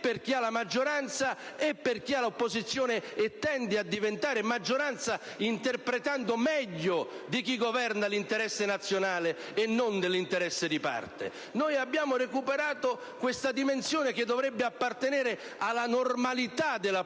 per chi è alla maggioranza e per chi, dall'opposizione, tende a diventare maggioranza, interpretando meglio di chi governa l'interesse nazionale, e non di parte. Abbiamo recuperato questa dimensione che dovrebbe appartenere alla normalità della politica,